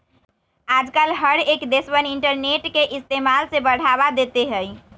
आजकल हर एक देशवन इन्टरनेट के इस्तेमाल से बढ़ावा देते हई